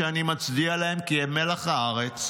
שאני מצדיע להם כי הם מלח הארץ,